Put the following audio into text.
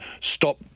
stop